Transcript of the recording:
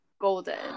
golden